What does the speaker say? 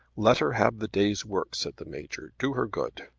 let her have the day's work, said the major. do her good.